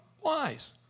wise